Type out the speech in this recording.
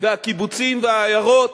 והקיבוצים והעיירות,